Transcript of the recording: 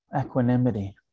equanimity